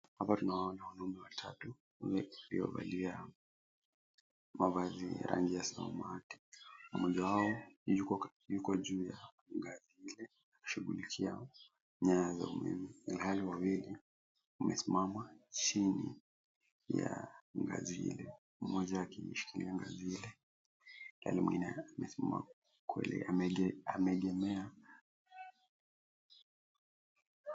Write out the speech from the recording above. Hapa tunawaona wanaume watatu, wamevalia mavazi ya rangi ya samawati. Mmoja wao yuko juu ya ngazi ile akishughulikia nyaya za umeme ilhali wawili wamesimama chini ya ngazi ile mmoja akishikilia ngazi ile, na mwengine ameegemea.